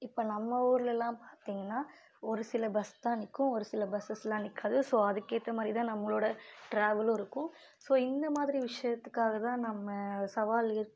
இப்போ நம்ம ஊருலலாம் பார்த்திங்கன்னா ஒரு சில பஸ் தான் நிற்கும் ஒரு சில பஸ்ஸெஸ்லாம் நிற்காது ஸோ அதுக்கேற்ற மாதிரிதான் நம்மளோடய ட்ராவலும் இருக்கும் ஸோ இந்த மாதிரி விஷயத்துக்காக தான் நம்ம சவால்